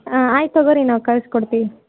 ಹಾಂ ಆಯ್ತು ತಗೊಳಿ ನಾವು ಕಳಿಸ್ಕೊಡ್ತೀವಿ